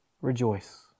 rejoice